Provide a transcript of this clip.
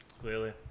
Clearly